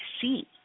see